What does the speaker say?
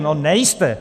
No nejste!